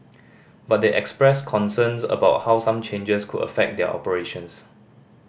but they expressed concerns about how some changes could affect their operations